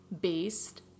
based